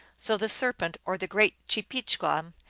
so the serpent, or the great chepichcalm,